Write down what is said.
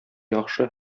яхшы